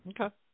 Okay